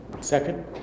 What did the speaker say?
Second